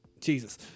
Jesus